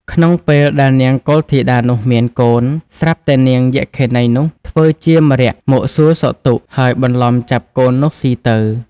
ក្នុងពេលដែលនាងកុលធីតានោះមានកូន ស្រាប់តែនាងយក្ខិនីនោះ ធ្វើជាម្រាក់មកសួរសុខទុក្ខ ហើយបន្លំចាប់កូននោះស៊ីទៅ ។